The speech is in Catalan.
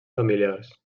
familiars